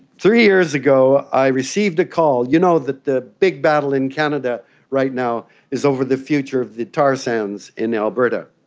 three years ago i received a call, you know that the big battle in canada right now is over the future of the tar sands in alberta.